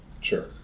Sure